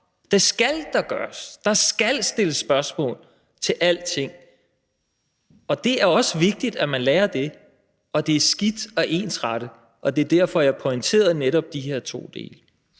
Det skal der gøres. Der skal stilles spørgsmål til alting. Det er også vigtigt, at man lærer det, og det er skidt at ensrette. Det var derfor, jeg pointerede netop de her to dele.